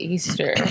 Easter